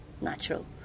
natural